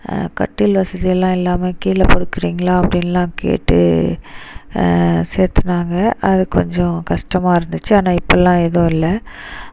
கட்டில் வசதி எல்லாம் இல்லாமல் கீழே படுக்குறீங்களா அப்படின்னுலாம் கேட்டு சேர்த்துனாங்க அது கொஞ்சம் கஷ்டமாக இருந்துச்சு ஆனால் இப்போல்லாம் எதுவும் இல்லை